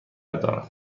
دارم